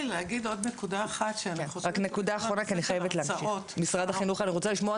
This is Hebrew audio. אני רק רוצה להגיד